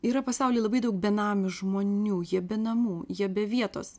yra pasauly labai daug benamių žmonių jie be namų jie be vietos